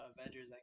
Avengers